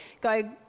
go